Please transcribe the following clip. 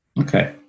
Okay